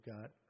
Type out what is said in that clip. got